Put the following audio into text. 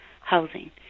housing